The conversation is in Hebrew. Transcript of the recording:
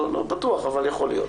לא בטוח אבל יכול להיות.